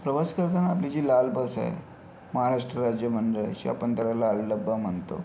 प्रवास करताना आपली जी लाल बस आहे महाराष्ट्र राज्य मंडळाची आपण त्याला लाल डबा म्हणतो